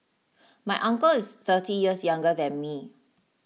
my uncle is thirty years younger than me